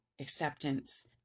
acceptance